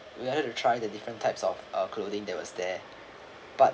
we wanted to try the different types of uh clothing that was there but